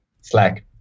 Slack